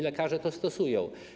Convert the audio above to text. Lekarze to stosują.